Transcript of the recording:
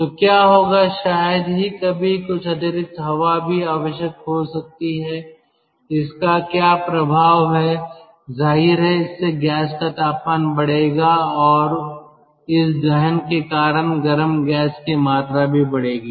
तो क्या होगा शायद ही कभी कुछ अतिरिक्त हवा भी आवश्यक हो सकती है इस का क्या प्रभाव है जाहिर है इससे गैस का तापमान बढ़ेगा और इस दहन के कारण गर्म गैस की मात्रा भी बढ़ेगी